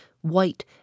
white